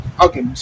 okay